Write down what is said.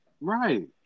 right